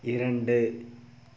இரண்டு